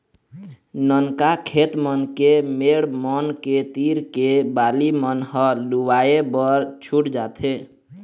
ननका खेत मन के मेड़ मन के तीर के बाली मन ह लुवाए बर छूट जाथे